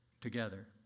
together